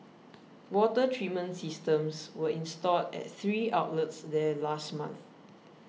water treatment systems were installed at three outlets there last month